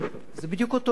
זה בדיוק אותו עניין.